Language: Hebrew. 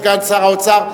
סגן שר האוצר,